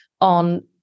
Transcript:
on